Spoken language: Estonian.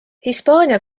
hispaania